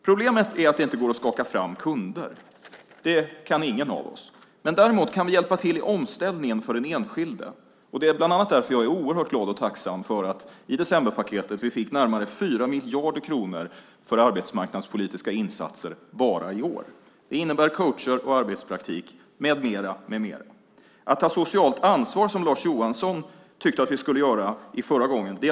Problemet är att det inte går att skaka fram kunder. Det kan ingen av oss, men däremot kan vi hjälpa till i omställningen för den enskilde. Det är bland annat därför jag är oerhört glad och tacksam för att vi fick närmare 4 miljarder kronor i decemberpaketet för arbetsmarknadspolitiska insatser bara i år. Det innebär coacher, arbetspraktik med mera. Lars Johansson tyckte att vi skulle ta ett socialt ansvar.